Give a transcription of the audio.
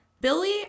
Billy